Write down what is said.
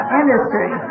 industry